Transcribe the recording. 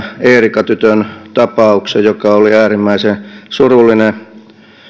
eerika tytön tapauksen joka oli äärimmäisen surullinen